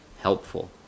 helpful